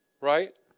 Right